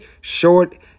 short